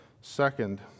Second